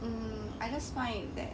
um I just find that